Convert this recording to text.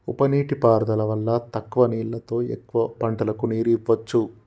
ఉప నీటి పారుదల వల్ల తక్కువ నీళ్లతో ఎక్కువ పంటలకు నీరు ఇవ్వొచ్చు